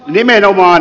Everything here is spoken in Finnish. nimenomaan